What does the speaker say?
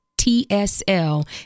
TSL